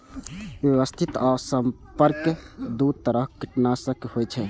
व्यवस्थित आ संपर्क दू तरह कीटनाशक होइ छै